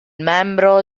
membro